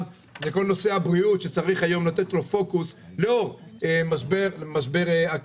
כל נושא הבריאות שצריך היום לתת לו פוקוס לאור משבר הקורונה.